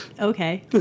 Okay